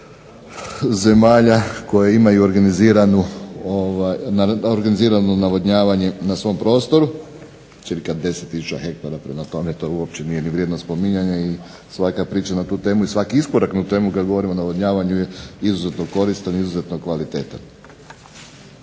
zemalja koje imaju organizirano navodnjavanje na svom prostoru, cca 10 tisuća hektara. Prema tome to uopće nije ni vrijedno spominjanja i svaka priča na tu temu i svaki iskorak na tu temu kad govorimo o navodnjavanju je izuzetno koristan i izuzetno kvalitetan.